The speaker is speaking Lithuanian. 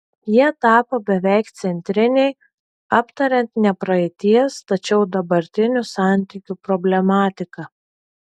jie tapo beveik centriniai aptariant ne praeities tačiau dabartinių santykių problematiką